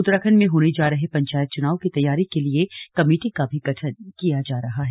उत्तराखंड में होने जा रहे पंचायत चुनाव की तैयारी के लिए कमेटी का भी गठन किया जा रहा है